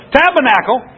tabernacle